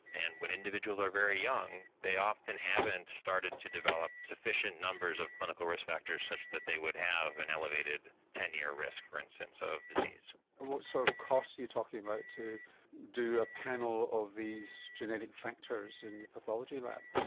and when individuals are very young they often haven't started to develop sufficient numbers of clinical risk factors such that they would have an elevated ten year risk for instance of disease. and what sort of cost are you talking about to do a panel of these genetic factors in the pathology lab?